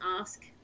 ask